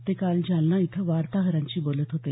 ते काल जालना इथं वार्ताहरांशी बोलत होते